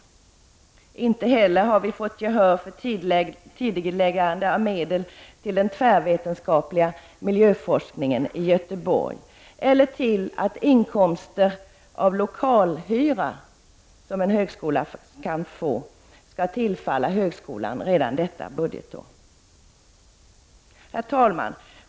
Vi har inte heller fått gehör för tidigareläggning av medel till den tvärvetenskapliga miljöforskningen i Göteborg eller till att inkomster av lokalhyra som en högskola kan få skall tillfalla högskolan redan detta budgetår. Herr talman!